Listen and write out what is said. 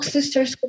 Sisters